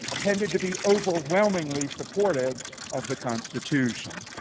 tended to be overwhelmingly supportive of the constitution.